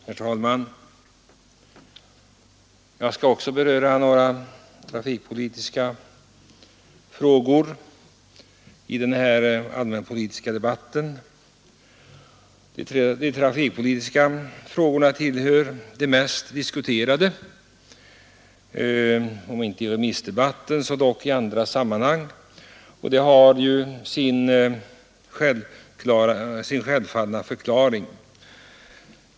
Herr talman! Jag skall också beröra några trafikpolitiska frågor i den här allmänpolitiska debatten. De trafikpolitiska frågorna tillhör de mest diskuterade — om inte i remissdebatten så i andra sammanhang — och det har sin självfallna förklaring.